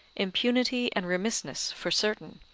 impunity and remissness, for certain,